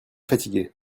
fatigué